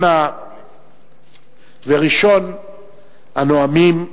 ראשון הנואמים,